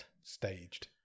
Staged